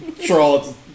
Troll